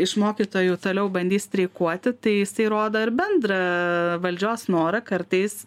iš mokytojų toliau bandys streikuoti tai jisai rodo ir bendrą valdžios norą kartais